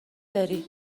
داری